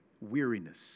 weariness